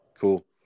Cool